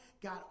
God